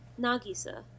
Nagisa